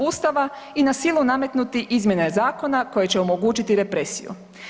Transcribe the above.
Ustava i na silu nametnuti izmjene zakona koje će omogućiti represiju.